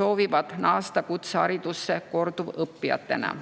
soovivad naasta kutseharidusse korduvõppijatena.